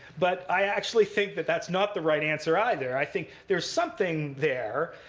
but i actually think that that's not the right answer, either. i think there's something there,